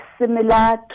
similar